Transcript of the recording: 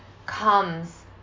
comes